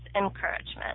encouragement